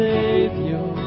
Savior